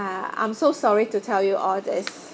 uh I'm so sorry to tell you all this